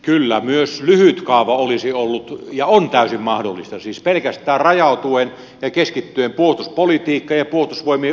kyllä myös lyhyt kaava olisi ollut ja on täysin mahdollinen siis rajautuen ja keskittyen pelkästään puolustuspolitiikkaan ja puolustusvoimien uudistamiseen